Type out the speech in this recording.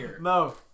No